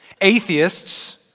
Atheists